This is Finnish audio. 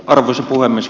arvoisa puhemies